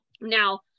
now